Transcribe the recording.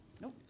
Nope